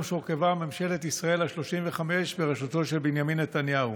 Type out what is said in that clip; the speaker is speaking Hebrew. שהורכבה ממשלת ישראל ה-35 בראשותו של בנימין נתניהו.